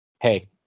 hey